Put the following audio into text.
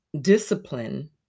discipline